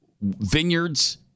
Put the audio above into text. vineyards